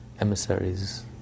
emissaries